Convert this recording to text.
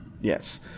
yes